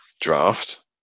draft